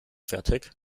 fertig